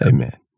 Amen